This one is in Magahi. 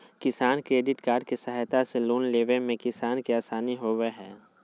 किसान क्रेडिट कार्ड के सहायता से लोन लेवय मे किसान के आसानी होबय हय